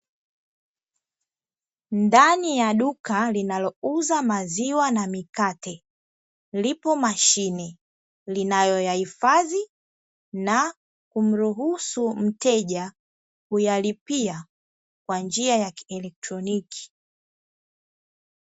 Ndani ya duka linalouza maziwa na mikate lipo mashine linayoyahifadi na kumruhusu mteja kuyalipia kwa njia ya kielektroniki.